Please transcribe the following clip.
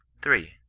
three.